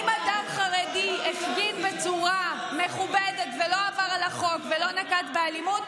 אם חרדי הפגין בצורה מכובדת ולא עבר על החוק ולא נקט אלימות,